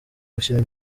gushyira